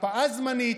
הקפאה זמנית,